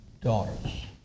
daughters